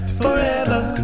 forever